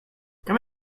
come